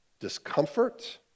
Discomfort